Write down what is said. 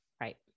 Right